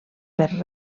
per